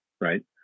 Right